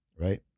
right